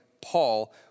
Paul